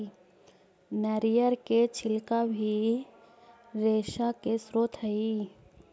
नरियर के छिलका भी रेशा के स्रोत हई